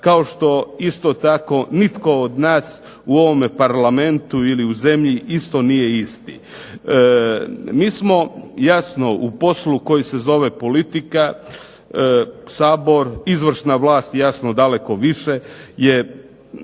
kao što isto tako nitko od nas u ovome Parlamentu ili u zemlji isto nije isti. Mi smo jasno u poslu koji se zove politika, Sabor, izvršna vlast jasno daleko više